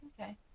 Okay